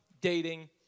dating